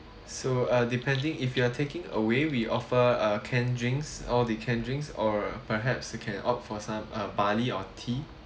so uh depending if you are taking away we offer a can drinks all the can drinks or perhaps you can opt for some uh barley or tea